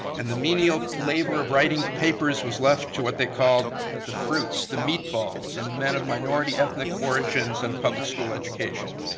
and the menial labor of writing papers was left to what they called the fruits, the meatballs and the man of minority ethnic origins and public school education.